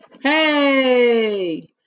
hey